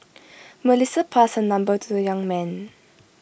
Melissa passed her number to the young man